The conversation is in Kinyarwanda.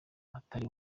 atari